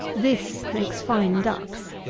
this makes fine ducks.